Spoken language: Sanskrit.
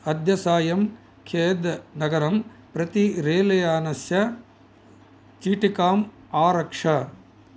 अद्य सायं खेद् नगरं प्रति रेलयानस्य चीटिकाम् आरक्ष